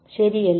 ശരിയല്ലേ